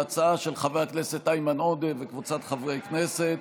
ההצעה של חבר הכנסת איימן עודה וקבוצת חברי הכנסת.